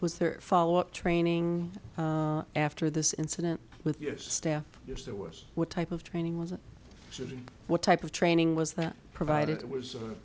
was the follow up training after this incident with your staff your source what type of training was it what type of training was that provided it was a